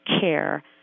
care